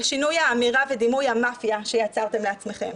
לשינוי האמירה ודימוי המאפיה שיצרתם לעצמכם.